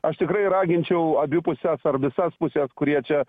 aš tikrai raginčiau abi puses ar visas puses kurie čia